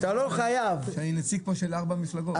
אני נציג של ארבע מפלגות פה.